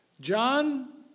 John